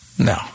No